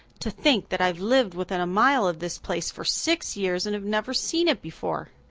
to think that i've lived within a mile of this place for six years and have never seen it before!